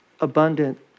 abundant